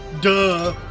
duh